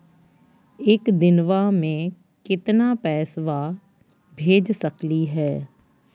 एक दिनवा मे केतना पैसवा भेज सकली हे?